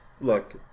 look